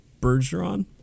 Bergeron